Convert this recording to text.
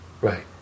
Right